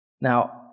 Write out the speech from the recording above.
Now